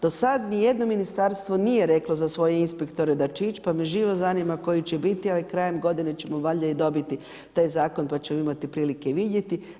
Do sad ni jedno ministarstvo nije reklo za svoje inspektore da će ići, pa me živo zanima koji će biti, ali krajem godine ćemo valjda i dobiti taj zakon pa ćemo imati prilike vidjeti.